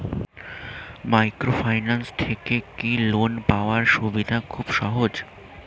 Microfinance থেকে কি loan পাওয়ার সুবিধা খুব সহজ?